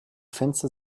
fenster